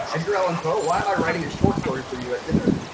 edgar allan poe? why am i writing a short story for you at dinner?